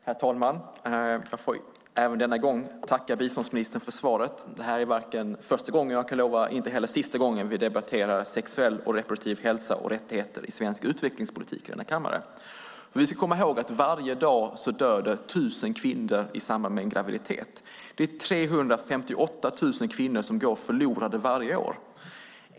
Herr talman! Jag får även denna gång tacka biståndsministern för svaret. Detta är varken första eller sista gången vi i denna kammare debatterar sexuell och reproduktiv hälsa och rättigheter i svensk utvecklingspolitik. Vi ska komma ihåg att det varje dag dör 1 000 kvinnor i samband med en graviditet. Det är 358 000 kvinnor som går förlorade varje år.